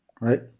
right